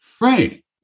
right